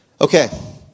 Okay